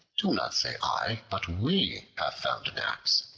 do not say i, but we have found an axe.